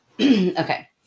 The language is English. Okay